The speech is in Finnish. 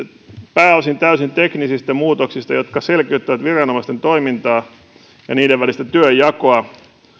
pääosin täysin teknisistä muutoksista jotka selkeyttävät viranomaisten toimintaa ja niiden välistä työnjakoa